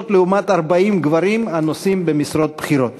לעומת 40 גברים הנושאים במשרות בכירות.